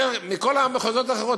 יותר מכל המחוזות האחרים.